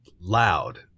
loud